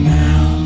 now